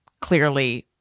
clearly